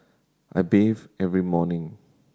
I bathe every morning